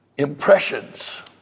Impressions